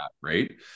Right